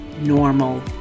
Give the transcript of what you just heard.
normal